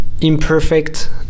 Imperfect